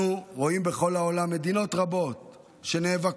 אנחנו רואים בכל העולם מדינות רבות שנאבקות